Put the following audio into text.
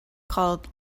called